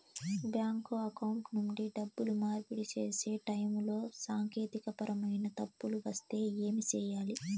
bank account నుండి డబ్బులు మార్పిడి సేసే టైములో సాంకేతికపరమైన తప్పులు వస్తే ఏమి సేయాలి